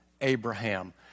Abraham